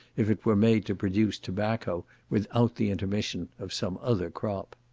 if it were made to produce tobacco without the intermission of some other crop.